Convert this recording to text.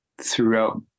throughout